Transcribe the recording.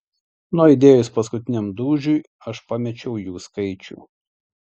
nuaidėjus paskutiniam dūžiui aš pamečiau jų skaičių